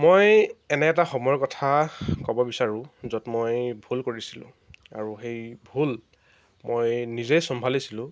মই এনে এটা সময়ৰ কথা ক'ব বিচাৰোঁ য'ত মই ভুল কৰিছিলোঁ আৰু সেই ভুল মই নিজে চম্ভালিছিলোঁ